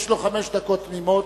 יש לו חמש דקות תמימות.